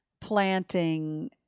planting